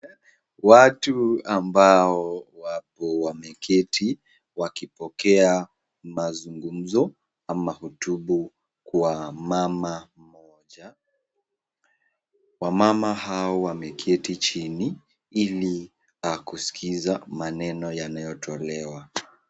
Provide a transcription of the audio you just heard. Watu ambao wapo wameketi wakipokea mazungumzo ama hotubu kwa mama mmoja . Wamama hao wameketi chini ili kusikiza maneno yanayotolewa.